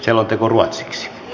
selonteko ruotsiksi